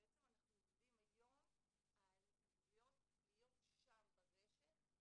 ובעצם אנחנו עובדים היום על להיות שם ברשת.